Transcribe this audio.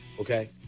okay